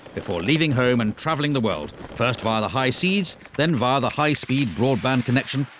before leaving home and travelling the world, first via the high seas then via the high-speed broadband connection,